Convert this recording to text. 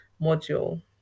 module